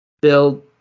build